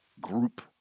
group